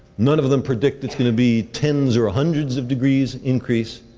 none of them predict that is going to be tens or hundreds of degrees increase.